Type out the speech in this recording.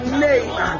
name